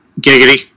Giggity